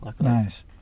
nice